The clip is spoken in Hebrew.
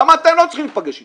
למה אתם לא צריכים להיפגש אתם?